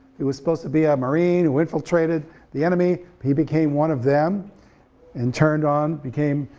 he was supposed to be a marine who infiltrated the enemy, he became one of them and turned on, became,